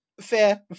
Fair